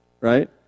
right